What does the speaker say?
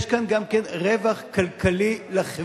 יש כאן גם כן רווח כלכלי לחברה,